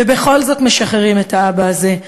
ובכל זאת משחררים את האבא הזה,